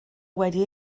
wedi